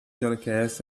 telecasts